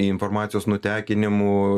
informacijos nutekinimu